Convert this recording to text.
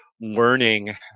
learning